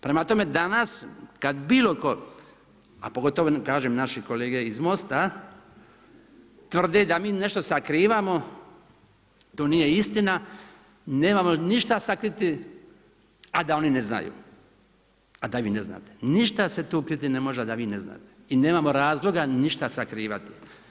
Prema tome danas kad bilo tko, a pogotovo kažem naši kolege iz MOST-a tvrde da mi nešto sakrivamo, to nije istina, nemamo ništa sakriti, a da oni ne znaju, ništa se tu kriti ne može, a da vi ne znate i nemamo razloga ništa sakrivati.